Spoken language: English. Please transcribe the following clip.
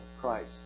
Christ